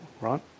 right